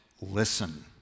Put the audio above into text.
listen